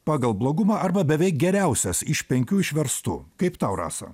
pagal blogumą arba beveik geriausias iš penkių išverstų kaip tau rasa